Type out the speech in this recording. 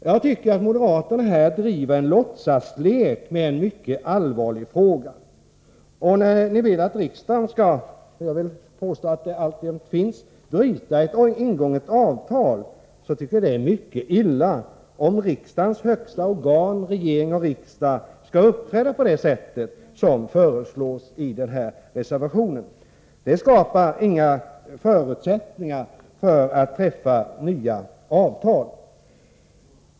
Jag tycker att moderaterna här driver en låtsaslek med en mycket allvarlig fråga. Ni moderater vill att riksdagen skall bryta ett ingånget avtal — jag vill påstå att ett sådant alltjämt gäller. Jag tycker att det vore mycket illa om rikets högsta organ, regering och riksdag, skulle uppträda på det sätt som föreslås i reservationen. Det skapar inga förutsättningar för nya avtal.